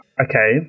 Okay